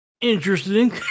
Interesting